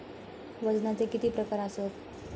वजनाचे किती प्रकार आसत?